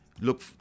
look